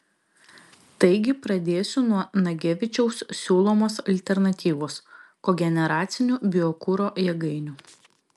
taigi pradėsiu nuo nagevičiaus siūlomos alternatyvos kogeneracinių biokuro jėgainių